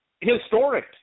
historic